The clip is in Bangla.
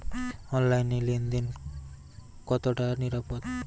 অনলাইনে লেন দেন কতটা নিরাপদ?